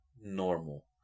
normal